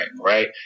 Right